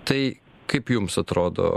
tai kaip jums atrodo